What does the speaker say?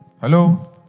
Hello